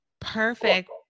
Perfect